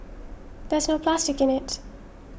there's no plastic in it